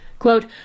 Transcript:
Quote